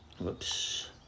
Whoops